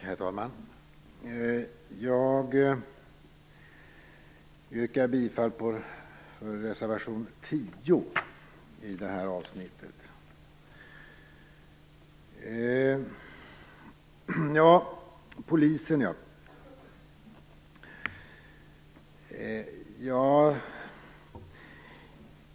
Herr talman! Jag yrkar bifall till reservation 10 i det här avsnittet.